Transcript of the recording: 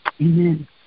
amen